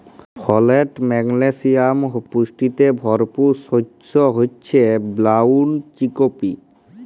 folate, magnesium পুষ্টিতে ভরপুর শস্য হচ্যে ব্রাউল চিকপি